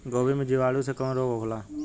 गोभी में जीवाणु से कवन रोग होला?